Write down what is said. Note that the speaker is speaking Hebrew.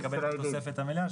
יקבל את התוספת המלאה,